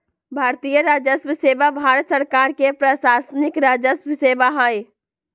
भारतीय राजस्व सेवा भारत सरकार के प्रशासनिक राजस्व सेवा हइ